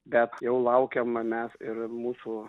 bet jau laukia manęs ir mūsų